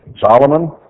Solomon